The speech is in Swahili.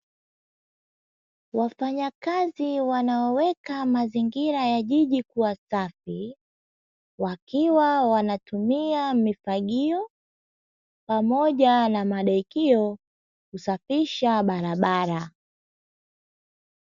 Wafanyakazi wanaoweka mazingira ya jiji kuwa safi, wakiwa wanatumia mifagio pamoja na madekio kusafisha barabara.